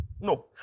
no